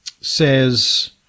says